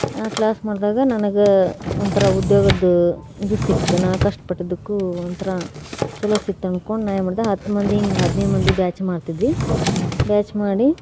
ಆ ಕ್ಲಾಸ್ ಮಾಡಿದಾಗ ನನಗೆ ಒಂಥರಾ ಉದ್ಯೋಗದ್ದು ಇದು ಸಿಗ್ತು ನಾನು ಕಷ್ಟಪಟ್ಟಿದ್ದಕ್ಕೂ ಒಂಥರಾ ಚಲೋ ಸಿಗ್ತು ಅಂದ್ಕೊಂಡು ನಾನು ಏನು ಮಾಡಿದೆ ಹತ್ತು ಮಂದಿ ಹೀಗೆ ಹದಿನೈದು ಮಂದಿ ಬ್ಯಾಚ್ ಮಾಡುತ್ತಿದ್ವಿ ಬ್ಯಾಚ್ ಮಾಡಿ